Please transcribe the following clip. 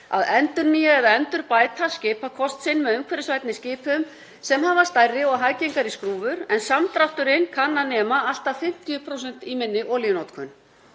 að endurnýja eða endurbæta skipakost sinn með umhverfisvænni skipum sem hafa stærri og hæggengari skrúfur en samdrátturinn kann að nema allt að 50% í minni olíunotkun.